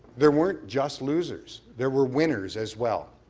there weren't just losers, there were winners as well.